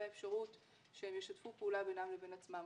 האפשרות שהם ישתפו פעולה בינם לבין עצמם.